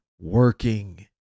working